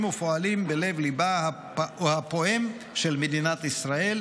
ופועלים בלב ליבה הפועם של מדינת ישראל,